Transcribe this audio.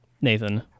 Nathan